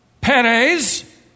Perez